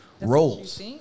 roles